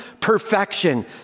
perfection